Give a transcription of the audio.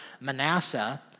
Manasseh